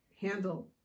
handle